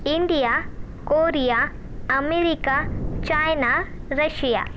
India Korea America China Russia